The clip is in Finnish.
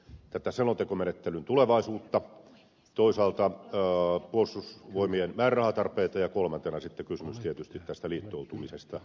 ensimmäisenä selontekomenettelyn tulevaisuus toisaalta puolustusvoimien määrärahatarpeet ja kolmantena tietysti kysymys liittoutumisesta nato kysymyksestä